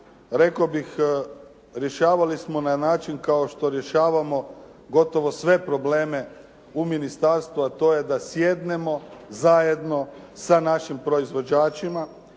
rekao bih rješavali smo na način kao što rješavamo gotovo sve probleme u ministarstvu, a to je da sjednemo zajedno sa našim proizvođačima,